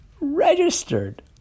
registered